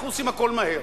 אנחנו עושים הכול מהר.